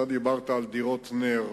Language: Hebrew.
אתה דיברת על דירות נ"ר.